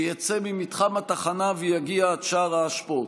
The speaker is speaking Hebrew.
שיצא ממתחם התחנה ויגיע עד שאר האשפות.